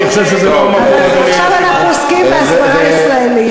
היא הייתה מוזרה.